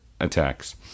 attacks